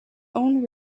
own